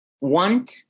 want